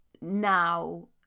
now